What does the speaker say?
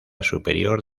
superior